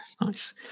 nice